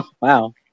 Wow